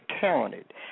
talented